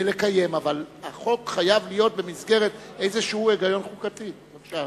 אבל החוק חייב להיות במסגרת היגיון חוקתי מסוים.